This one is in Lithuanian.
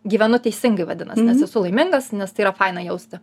gyvenu teisingai vadinasi nes esu laimingas nes tai yra faina jausti